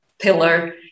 pillar